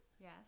Yes